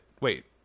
Wait